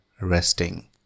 resting